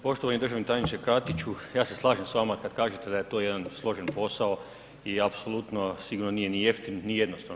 Pa poštovani državni tajniče Katiću, ja se slažem s vama kada kažete da je to jedan složen posao i apsolutno sigurno nije ni jeftin ni jednostavan.